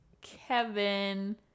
Kevin